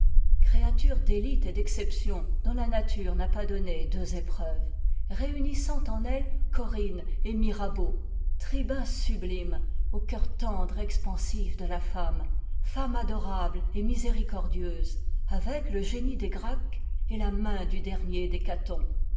créature d'élite et d'exception dont la nature n'a pas donné deux épreuves réunissant en elle corinne et mirabeau tribun sublime au cœur tendre et expansif de la femme femme adorable et miséricordieuse avec le génie des gracques et la main du dernier